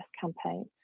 campaign